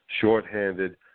shorthanded